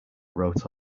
wrote